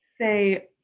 say